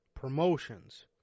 promotions